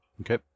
Okay